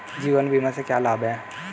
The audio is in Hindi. जीवन बीमा से क्या लाभ हैं?